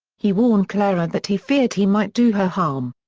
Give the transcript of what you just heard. he warned clara that he feared he might do her harm.